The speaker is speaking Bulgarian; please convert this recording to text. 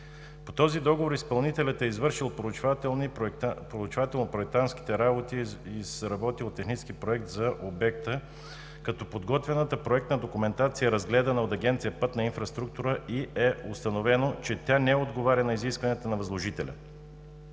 По този договор изпълнителят е извършил проучвателно-проектантските работи и е изработил технически проект за обекта, като подготвената проектна документация е разгледана от Агенция „Пътна инфраструктура“ и е установено, че тя не отговаря на изискванията на възложителя,